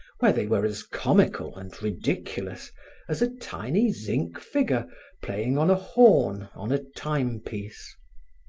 where they were as comical and ridiculous as a tiny zinc figure playing on a horn on a timepiece.